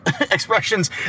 expressions